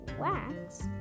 wax